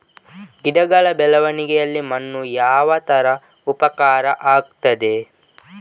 ಗಿಡಗಳ ಬೆಳವಣಿಗೆಯಲ್ಲಿ ಮಣ್ಣು ಯಾವ ತರ ಉಪಕಾರ ಆಗ್ತದೆ?